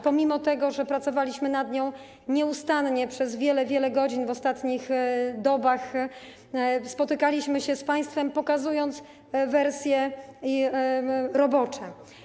Pomimo że pracowaliśmy nad nią nieustannie przez wiele, wiele godzin w ostatnich dobach, spotykaliśmy się z państwem, pokazując wersje robocze.